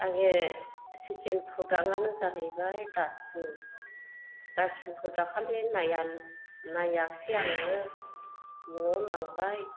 आंनि सेकेन्ड प्रडाक्टआनो जाहैबाय दास्तबिन दास्तबिनखौ दाखालि नायाखैसै आङो नआव लांबाय